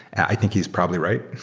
i think he's probably right.